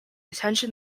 attention